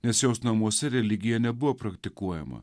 nes jos namuose religija nebuvo praktikuojama